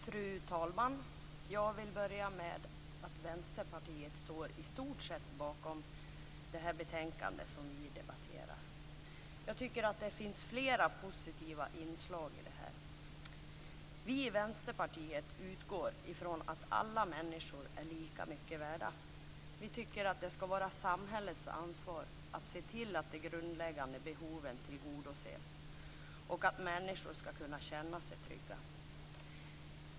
Fru talman! Jag vill börja med att säga att Vänsterpartiet i stort sett står bakom det betänkande som vi debatterar. Jag tycker att det finns flera positiva inslag. Vi i Vänsterpartiet utgår ifrån att alla människor är lika mycket värda. Vi tycker att det skall vara samhällets ansvar att se till att de grundläggande behoven tillgodoses och att människor skall kunna känna sig trygga.